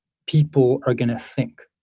people are going to think.